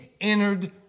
entered